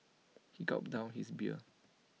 he gulped down his beer